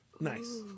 Nice